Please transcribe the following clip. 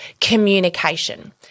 communication